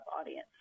audience